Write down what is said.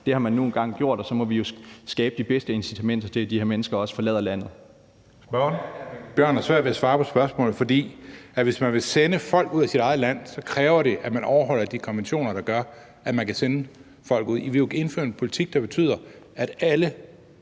det har man nu engang gjort, og så må vi jo skabe de bedste incitamenter til, at de her mennesker forlader landet.